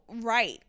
right